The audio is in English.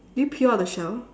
did you peel out the shell